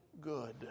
good